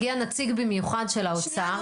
הגיע נציג במיוחד של האוצר.